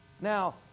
Now